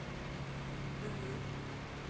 mm